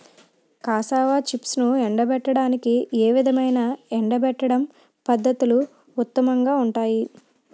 Cassava చిప్స్ను ఎండబెట్టడానికి ఏ విధమైన ఎండబెట్టడం పద్ధతులు ఉత్తమంగా ఉంటాయి?